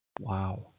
Wow